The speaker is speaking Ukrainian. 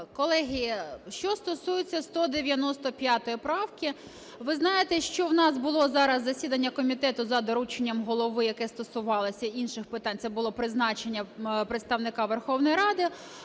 Колеги, що стосується 195 правки. Ви знаєте, що в нас було зараз засідання комітету за дорученням голови, яке стосувалося інших питань, це було призначення представника Верховної Ради.